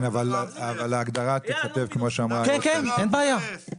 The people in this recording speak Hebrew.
כן, אבל ההגדרה תכתב כמו שאמרה היועצת המשפטית.